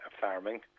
farming